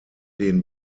den